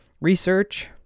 research